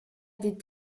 des